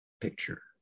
Picture